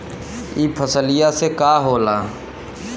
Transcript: ई फसलिया से का होला?